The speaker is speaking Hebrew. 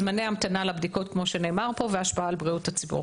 זמני המתנה לבדיקות כמו שנאמר פה - וההשפעה על בריאות הציבור.